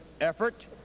effort